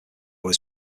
was